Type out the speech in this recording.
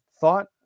thought